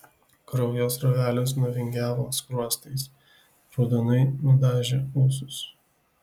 kraujo srovelės nuvingiavo skruostais raudonai nudažė ūsus